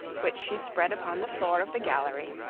which she spread upon the floor of the gallery,